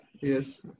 Yes